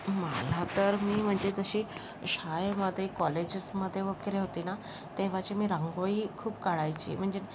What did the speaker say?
मला तर मी म्हणजे जशी शाळेमध्ये कॉलेजेसमध्ये वगैरे होते ना तेव्हा जे मी रांगोळी खूप काढायची म्हणजे